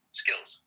skills